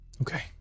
Okay